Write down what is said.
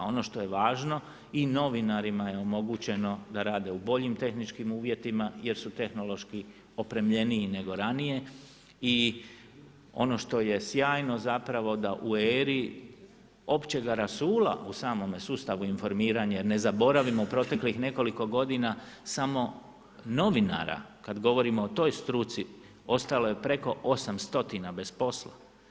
Ono što je važno, i novinarima je omogućeno da rade u boljim tehničkim uvjetima jer su tehnološki opremljeniji nego ranije i ono što je sjajno zapravo da u eri općega rasula u samome sustavu informiranja jer ne zaboravimo u proteklih nekoliko godina samo novinara kad govorimo o toj struci, ostalo je preko 800 bez posla.